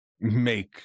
make